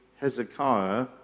Hezekiah